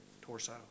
torso